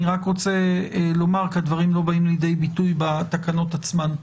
אני רק רוצה לומר כי הדברים לא באים לידי ביטוי בתקנות עצמן.